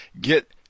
get